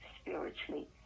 spiritually